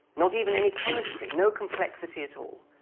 not even any chemistry, no complexity at all.